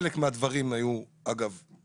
אגב, חלק מהדברים היו דומים.